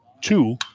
two